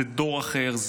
זה דור אחר,